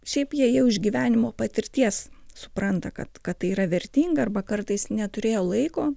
šiaip jie jau iš gyvenimo patirties supranta kad kad tai yra vertinga arba kartais neturėjo laiko